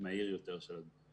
מהיר יותר של הדברים.